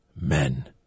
men